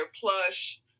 plush